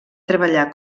treballar